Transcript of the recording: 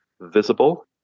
visible